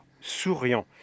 souriant